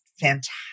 fantastic